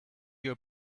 your